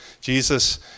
Jesus